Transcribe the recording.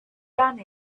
done